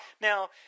Now